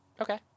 okay